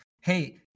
Hey